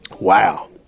Wow